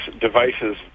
devices